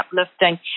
uplifting